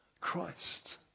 Christ